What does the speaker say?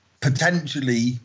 potentially